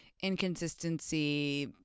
inconsistency